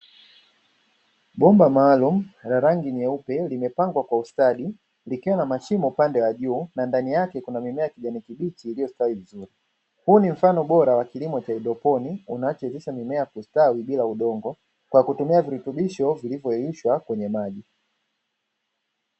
Bomba maalumu la rangi nyeupe limepangwa kwa ustadi, likiwa na mashimo upande wa juu, na ndani yake kuna mimea ya kijani kibichi iliyostawi vizuri, huu ni mfano bora wa kilimo cha haidroponi unaoacha mimea kustawi bila udongo kwa kutumia virutubisho vilivyochanganywa kwenye maji.